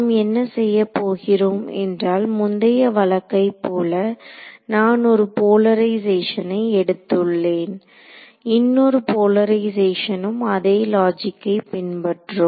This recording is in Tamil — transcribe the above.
நாம் என்ன செய்ய போகிறோம் என்றால் முந்தைய வழக்கை போல நான் 1 போலரைசேஷனை எடுத்துள்ளோம் இன்னொரு போலரைசேஷனும் அதே லாஜிக்கை பின்பற்றும்